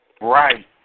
Right